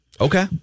Okay